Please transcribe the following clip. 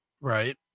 Right